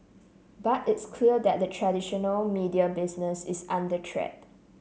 but it's clear that the traditional media business is under threat